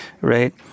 right